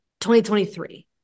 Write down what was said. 2023